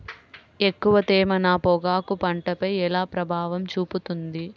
ఎక్కువ తేమ నా పొగాకు పంటపై ఎలా ప్రభావం చూపుతుంది?